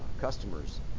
customers